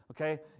okay